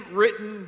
written